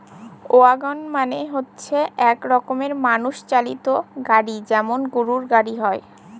wagon মানে হচ্ছে এক রকমের মানুষ চালিত গাড়ি যেমন গরুর গাড়ি হয়